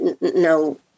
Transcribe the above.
no